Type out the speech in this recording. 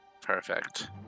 Perfect